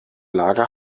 lager